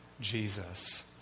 Jesus